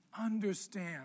understand